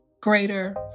greater